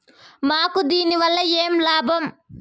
మాకు దీనివల్ల ఏమి లాభం